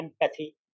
empathy